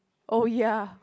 oh ya